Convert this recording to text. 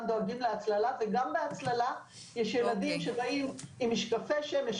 דואגים להצללה וגם בהצללה יש ילדים שבאים עם משקפי שמש,